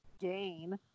gain